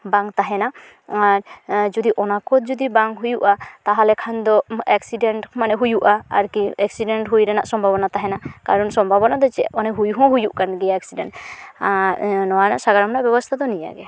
ᱵᱟᱝ ᱛᱟᱦᱮᱱᱟ ᱟᱨ ᱡᱩᱫᱤ ᱚᱱᱟᱠᱚ ᱡᱩᱫᱤ ᱵᱟᱝ ᱦᱩᱭᱩᱜᱼᱟ ᱛᱟᱦᱞᱮ ᱠᱷᱟᱱᱫᱚ ᱮᱠᱥᱤᱰᱮᱱᱴ ᱢᱟᱱᱮ ᱦᱩᱭᱩᱜᱼᱟ ᱟᱨᱠᱤ ᱮᱠᱥᱤᱰᱮᱱᱴ ᱦᱩᱭ ᱨᱮᱱᱟᱜ ᱥᱚᱢᱵᱷᱚᱵᱚᱱᱟ ᱛᱟᱦᱮᱱᱟ ᱠᱟᱨᱚᱱ ᱥᱚᱢᱵᱷᱚᱵᱚᱱᱟ ᱪᱮᱫ ᱚᱱᱮ ᱦᱩᱭ ᱦᱚᱸ ᱦᱩᱭᱩᱜ ᱠᱟᱱ ᱜᱮᱭᱟ ᱮᱠᱥᱤᱰᱮᱱᱴ ᱟᱨ ᱱᱚᱣᱟ ᱨᱮᱱᱟᱜ ᱥᱟᱨᱟᱣᱱᱟ ᱫᱚ ᱱᱤᱭᱟᱹᱜᱮ